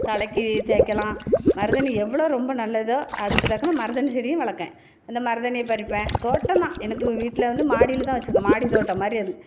தலைக்கு தேய்க்கலாம் மருதாணி எவ்வளோ ரொம்ப நல்லதோ அதுக்கு தக்கின மருதாணி செடியும் வளர்க்றேன் இந்த மருதாணியை பறிப்பேன் தோட்டம் தான் எனக்கு வீட்டில் வந்து மாடியில் தான் வச்சுருக்கேன் மாடி தோட்டம் மாதிரி அது